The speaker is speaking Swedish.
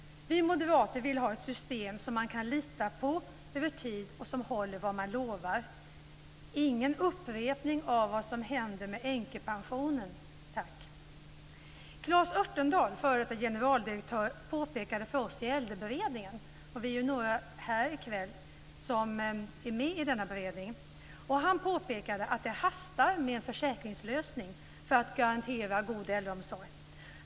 Vi moderater vill ha ett system som man kan lita på över tid och som håller vad man lovar - ingen upprepning av vad som hände med änkepensionen, tack. Claes Örtendahl, f.d. generaldirektör, påpekade för oss i Äldreberedningen - vi är några här i kväll som är med i denna beredning - att det hastar med en försäkringslösning för att garantera god äldreomsorg.